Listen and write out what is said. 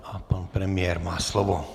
A pan premiér má slovo.